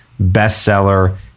bestseller